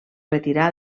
retirà